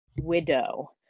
Widow